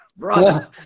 brother